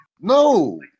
No